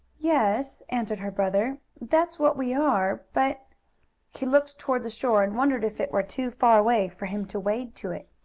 yes, answered her brother, that's what we are, but he looked toward the shore and wondered if it were too far away for him to wade to it.